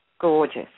gorgeous